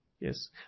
yes